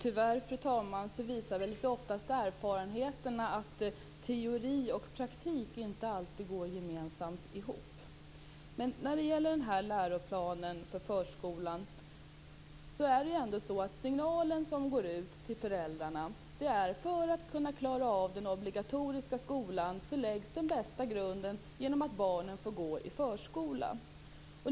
Fru talman! Tyvärr visar oftast erfarenheterna att teori och praktik inte alltid går ihop. Den signal som går ut till föräldrarna när det gäller läroplanen för förskolan innebär att för att kunna klara av den obligatoriska skolan läggs den bästa grunden genom att barnen får gå i förskola.